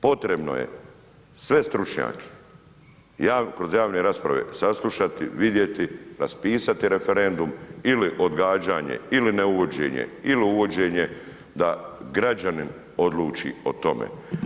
Potrebno je sve stručnjake kroz javne rasprave saslušati, vidjeti, raspisati referendum ili odgađanje ili neuvođenje ili uvođenje, da građanin odluči o tome.